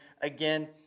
again